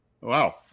Wow